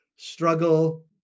struggle